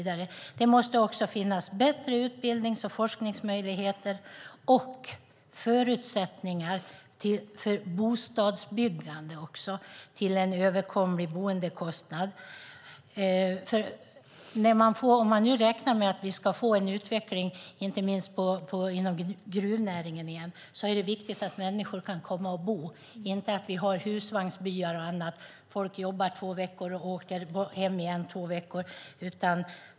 Det måste också finnas bättre utbildnings och forskningsmöjligheter och förutsättningar för bostadsbyggande till en överkomlig boendekostnad. Om man räknar med att vi ska få en utveckling inom gruvnäringen är det viktigt att människor kan komma och bo. Vi ska inte ha husvagnsbyar och folk som jobbar två veckor och åker hem två veckor.